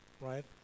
right